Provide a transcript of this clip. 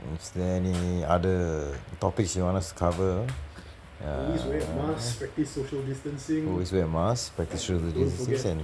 is there any other topics you want us to cover ya always wear a mask practice social distancing